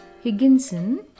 Higginson